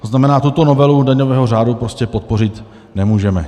To znamená, tuto novelu daňového řádu prostě podpořit nemůžeme.